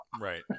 Right